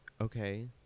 okay